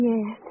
Yes